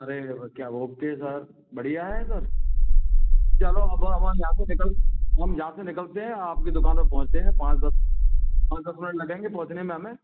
अरे क्या okay sir बढ़िया है सर चलो अब हम वहाँ वहाँ से आते हैं हम यहाँ से निकलते हैं आपकी दुकान पर पहुँचते हैं पाँच दस पाँच दस मिनट लगेंगे पहुँचने में हमें